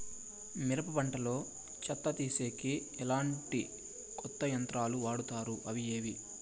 మిరప పంట లో చెత్త తీసేకి ఎట్లాంటి కొత్త యంత్రాలు వాడుతారు అవి ఏవి?